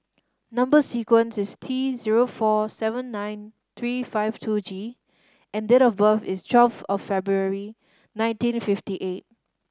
number sequence is T zero four seven nine three five two G and date of birth is twelve of February nineteen fifty eight